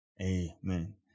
Amen